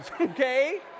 okay